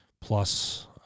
plus